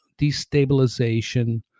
destabilization